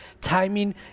timing